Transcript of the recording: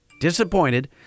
disappointed